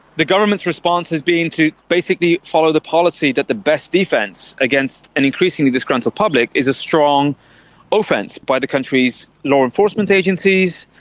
the government's response has been to basically follow the policy that the best defence against an increasingly disgruntled public is a strong offence by the country's law enforcement agencies,